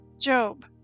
Job